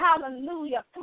Hallelujah